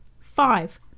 Five